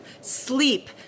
Sleep